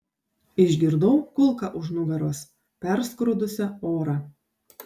išgirdau kulką už nugaros perskrodusią orą